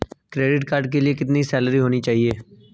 Credit card के लिए कितनी सैलरी होनी चाहिए?